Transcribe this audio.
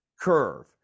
curve